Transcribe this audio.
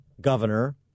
governor